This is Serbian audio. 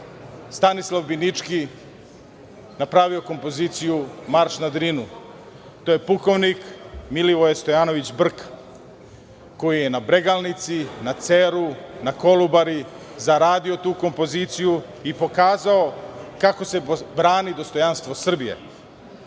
Stanislav Binički napravio kompoziciju „Marš na Drinu“. To je pukovnik Milivoje Stojanović Brka, koji je na Bregalnici, na Ceru, na Kolubari zaradio tu kompoziciju i pokazao kako se brani dostojanstvo Srbije.